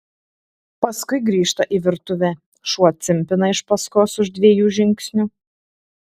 paskui grįžta į virtuvę šuo cimpina iš paskos už dviejų žingsnių